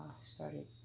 started